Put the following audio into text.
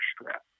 strap